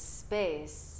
space